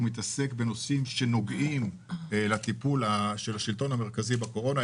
מתעסק בנושאים שנוגעים לטיפול של השלטון המרכזי בקורונה,